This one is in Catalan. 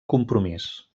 compromís